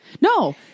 No